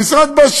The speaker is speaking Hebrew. המשרד בא,